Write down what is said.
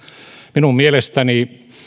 minun mielestäni